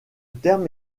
terme